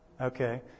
okay